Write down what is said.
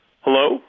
Hello